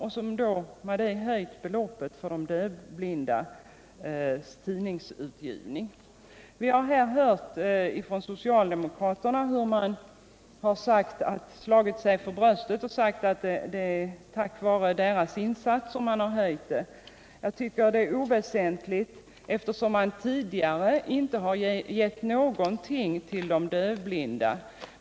av anslaget till de dövblindas tidningsutgivning. Socialdemokraterna har här slagit sig för bröstet och sagt att det är tack vare deras insats som detta anslag har höjts. Detta är oväsentligt, eftersom socialdemokraterna tidigare inte gett någonting till de dövblinda.